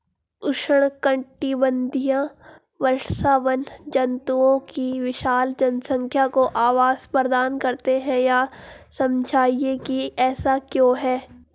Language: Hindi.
उष्णकटिबंधीय वर्षावन जंतुओं की विशाल जनसंख्या को आवास प्रदान करते हैं यह समझाइए कि ऐसा क्यों है?